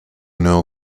know